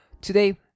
today